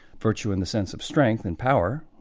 virtue in the sense of strength and power,